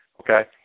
Okay